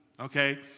Okay